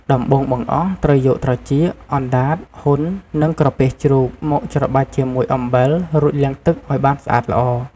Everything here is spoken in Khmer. ដំបូងបង្អស់ ត្រូវយក ត្រចៀក អណ្ដាត ហ៊ុន និងក្រពះជ្រូក មកច្របាច់ជាមួយ អំបិល រួចលាងទឹកឱ្យបានស្អាតល្អ។